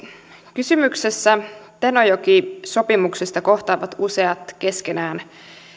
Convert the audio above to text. kysymyksessä tenojoki sopimuksesta kohtaavat useat keskenään